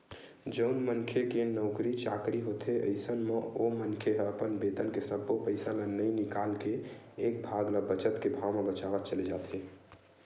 जउन मनखे के नउकरी चाकरी होथे अइसन म ओ मनखे ह अपन बेतन के सब्बो पइसा ल नइ निकाल के एक भाग ल बचत के भाव ले बचावत चले जाथे